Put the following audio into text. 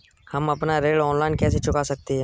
हम अपना ऋण ऑनलाइन कैसे चुका सकते हैं?